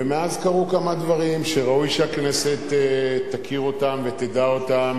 ומאז קרו כמה דברים שראוי שהכנסת תכיר אותם ותדע אותם.